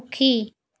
সুখী